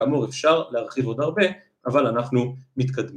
‫כאמור אפשר להרחיב עוד הרבה, ‫אבל אנחנו מתקדמים.